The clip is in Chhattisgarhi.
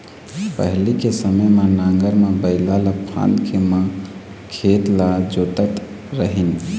पहिली के समे म नांगर म बइला ल फांद के म खेत ल जोतत रेहेन